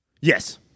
yes